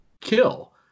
kill